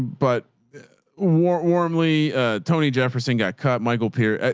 but warmly tony jefferson got cut. michael pier.